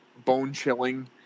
bone-chilling